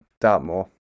dartmoor